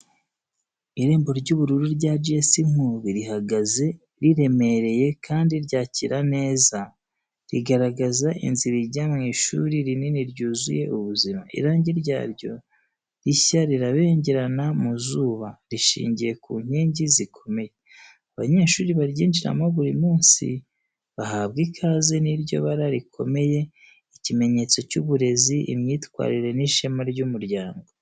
Irembo ry’ubururu rya G.S Nkubi rihagaze riremereye kandi ryakira neza, rigaragaza inzira ijya mu ishuri rinini ryuzuye ubuzima. Irangi ryaryo rishya rirabengerana mu zuba, rishingiye ku nkingi zikomeye. Abanyeshuri baryinjiramo buri munsi, bahabwa ikaze n’iryo bara rikomeye, ikimenyetso cy’uburezi, imyitwarire n’ishema ry’umuryango.